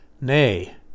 nay